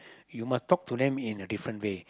you must talk to them in a different way